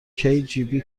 kgb